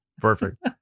Perfect